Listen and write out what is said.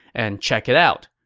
and check it out.